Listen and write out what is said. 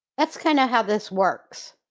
that's kind of how this works.